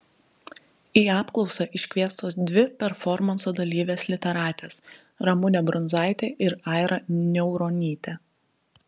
į apklausą iškviestos dvi performanso dalyvės literatės ramunė brunzaitė ir aira niauronytė